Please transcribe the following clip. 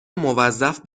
موظف